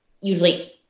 usually